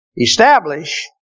establish